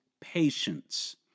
patience